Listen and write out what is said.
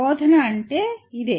బోధన అంటే అదే